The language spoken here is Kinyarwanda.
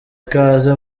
ikaze